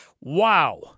Wow